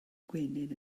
gwenyn